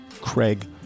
Craig